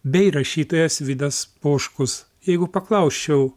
bei rašytojas vidas poškus jeigu paklausčiau